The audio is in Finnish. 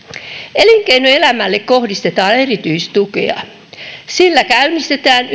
elinkeinoelämälle kohdistetaan erityistukea sillä käynnistetään